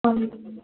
அவனுக்கு நீங்கள்